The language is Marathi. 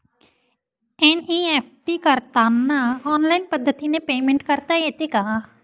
एन.ई.एफ.टी करताना ऑनलाईन पद्धतीने पेमेंट करता येते का?